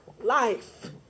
Life